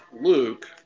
Luke